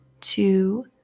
two